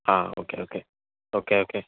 ആ okay okay okay okay